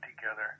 together